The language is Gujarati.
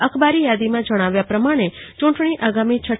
અખબારી થાદીમાં જણાવ્યા પ્રમાણે યૂંટણી આગામી તા